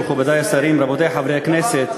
תודה.